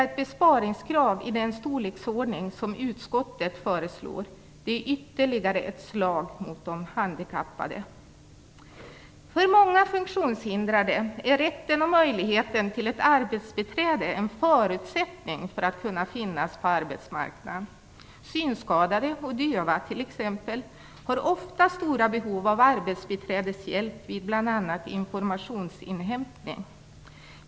Ett besparingskrav av den storlek som utskottet föreslår är ytterligare ett slag mot de handikappade. För många funktionshindrade är rätten och möjligheten till ett arbetsbiträde en förutsättning för att kunna finnas på arbetsmarknaden. T.ex. synskadade och döva har ofta stora behov av arbetsbiträdeshjälp vid bl.a. informationsinhämtning.